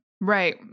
Right